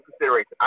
consideration